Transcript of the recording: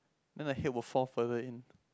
then the head will fall further in